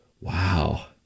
Wow